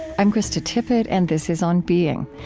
i'm krista tippett and this is on being.